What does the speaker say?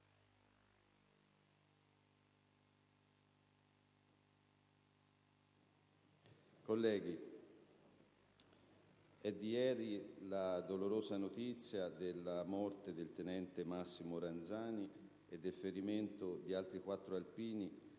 Colleghi, è di ieri la dolorosa notizia della morte del tenente Massimo Ranzani e del ferimento di altri quattro alpini